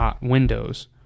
windows